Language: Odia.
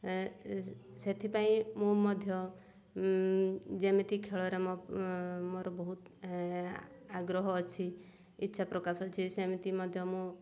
ସେଥିପାଇଁ ମୁଁ ମଧ୍ୟ ଯେମିତି ଖେଳରେ ମୋ ମୋର ବହୁତ ଆଗ୍ରହ ଅଛି ଇଚ୍ଛା ପ୍ରକାଶ ଅଛି ସେମିତି ମଧ୍ୟ ମୁଁ